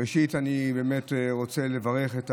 ראשית, אני רוצה לברך.